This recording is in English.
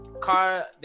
car